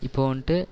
இப்போது வந்துட்டு